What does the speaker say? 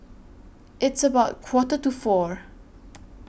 its about Quarter to four